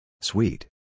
Sweet